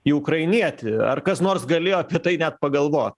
į ukrainietį ar kas nors galėjo apie tai net pagalvot